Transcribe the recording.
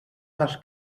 les